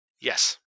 Yes